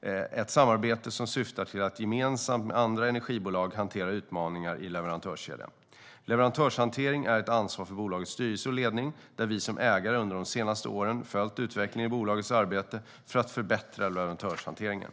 Det är ett samarbete som syftar till att gemensamt med andra energibolag hantera utmaningar i leverantörskedjan. Leverantörshantering är ett ansvar för bolagets styrelse och ledning, där vi som ägare under de senaste åren följt utvecklingen i bolagets arbete för att förbättra leverantörshanteringen.